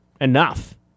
enough